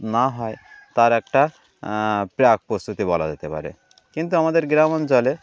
না হয় তার একটা প্রাক প্রস্তুতি বলা যেতে পারে কিন্তু আমাদের গ্রাম অঞ্চলে